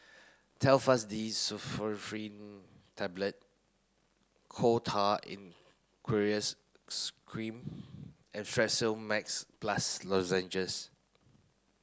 Telfast D Pseudoephrine Tablets Coal Tar in Aqueous Cream and Strepsil Max Plus Lozenges